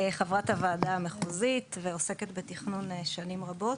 אני גם חברת הוועדה המחוזית ועוסקת בתכנון שנים רבות.